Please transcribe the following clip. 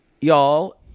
y'all